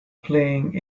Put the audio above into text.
playing